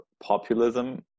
populism